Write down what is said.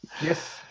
Yes